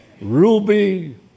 Ruby